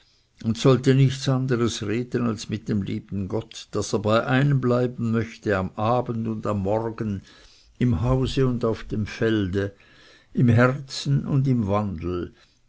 und sollte nichts anderes reden als mit dem lieben gott daß er bei einem bleiben möchte am abend und am morgen im hause und auf dem felde im herzen und im wandel